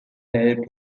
helped